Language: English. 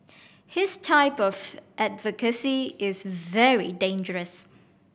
his type of advocacy is very dangerous